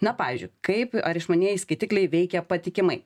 na pavyzdžiui kaip ar išmanieji skaitikliai veikia patikimai